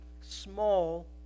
small